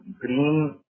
green